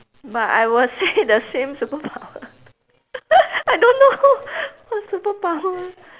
but I will say the same superpower I don't know what superpower